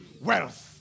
wealth